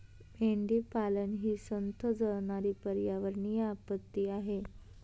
मेंढीपालन ही संथ जळणारी पर्यावरणीय आपत्ती आहे